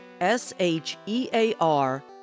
s-h-e-a-r